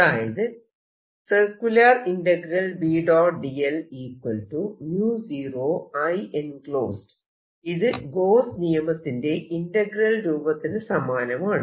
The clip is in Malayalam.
അതായത് ഇത് ഗോസ്സ് നിയമത്തിന്റെ ഇന്റഗ്രൽ രൂപത്തിന് സമാനമാണ്